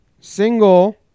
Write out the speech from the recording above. single